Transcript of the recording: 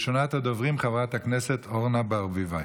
ראשונת הדוברים, חברת הכנסת אורנה ברביבאי.